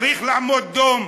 צריך לעמוד דום.